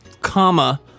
comma